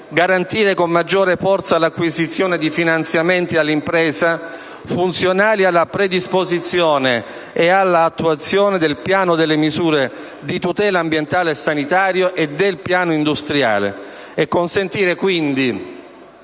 garantire con maggiore forza l'acquisizione di finanziamenti all'impresa funzionali alla predisposizione e all'attuazione del Piano delle misure e delle attività di tutela ambientale e sanitaria e del Piano industriale